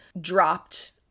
dropped